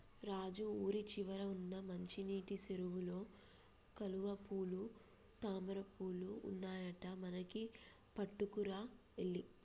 రాజు ఊరి చివర వున్న మంచినీటి సెరువులో కలువపూలు తామరపువులు ఉన్నాయట మనకి పట్టుకురా ఎల్లి